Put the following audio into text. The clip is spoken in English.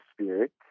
spirit